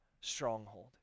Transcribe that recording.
stronghold